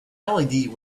led